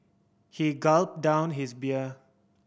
he gulped down his beer